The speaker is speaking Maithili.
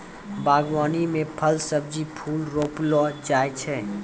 बागवानी मे फल, सब्जी, फूल रौपलो जाय छै